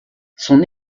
son